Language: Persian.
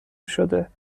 شده